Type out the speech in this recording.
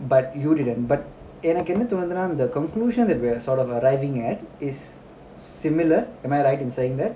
but you didn't but எனக்குஎன்னதோணுதுன்னா:enakku enna dhoonudhunna conclusion that we're sort of arriving at is similar am I right in saying that